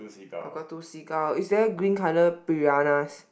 got got two seagull is there green colour piranhas